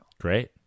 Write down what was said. great